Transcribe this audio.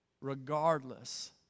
regardless